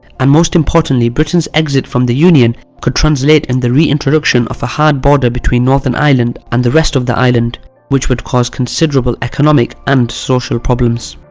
and most importantly britain's exit from the union could translate in and the reintroduction of a hard border between northern ireland and the rest of the island which would cause considerable economic and social problems.